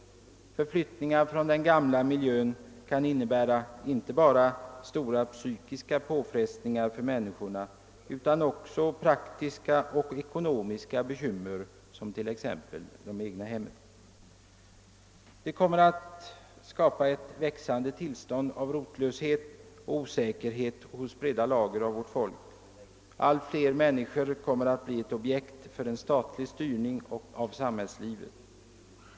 Förflyttningar från den gamla miljön kan innebära inte bara stora psykiska påfrestningar för människorna utan också praktiska och ekonomiska bekymmer som t.ex. de egna hemmen. Det kommer att skapa ett växande tillstånd av rotlöshet och osäkerhet hos breda lager av vårt folk. Allt fler människor kommer att bli objekt för en statlig styrning av samhällslivet.